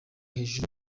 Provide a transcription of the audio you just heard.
hejuru